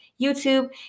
YouTube